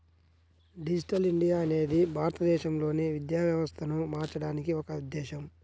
digital India అనేది భారతదేశంలోని విద్యా వ్యవస్థను మార్చడానికి ఒక ఉద్ధేశం